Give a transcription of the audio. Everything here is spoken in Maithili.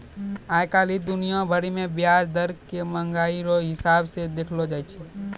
आइ काल्हि दुनिया भरि मे ब्याज दर के मंहगाइ रो हिसाब से देखलो जाय छै